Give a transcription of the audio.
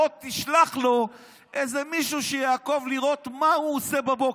בוא תשלח לו איזה מישהו שיעקוב לראות מה הוא עושה בבוקר.